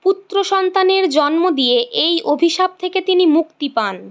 পুত্র সন্তানের জন্ম দিয়ে এই অভিশাপ থেকে তিনি মুক্তি পান